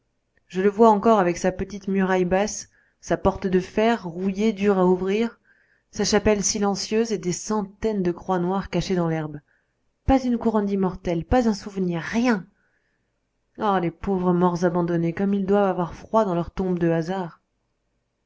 je le vois encore avec sa petite muraille basse sa porte de fer rouillée dure à ouvrir sa chapelle silencieuse et des centaines de croix noires cachées par l'herbe pas une couronne d'immortelles pas un souvenir rien ah les pauvres morts abandonnés comme ils doivent avoir froid dans leur tombe de hasard